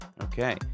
Okay